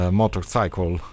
motorcycle